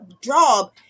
job